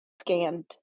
scanned